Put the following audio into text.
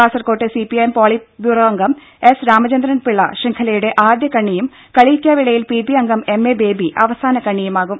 കാസർകോട്ട് C P I M polit bureau അംഗം S Ramachandran Pillai ശൃംഖലയുടെ ആദ്യകണ്ണിയും കളിയിക്കാവിലയിൽ പി ബി അംഗം എം എ ബേബി അവസാന കണ്ണിയുമാകും